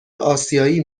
آسیایی